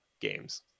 games